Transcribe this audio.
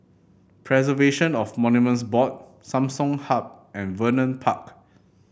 Preservation of Monuments Board Samsung Hub and Vernon Park